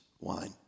wine